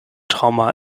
trauma